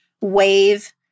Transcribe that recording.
Wave